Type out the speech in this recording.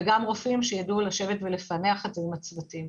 צריך גם רופאים שיידעו לשבת ולפענח את זה עם הצוותים.